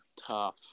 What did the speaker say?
tough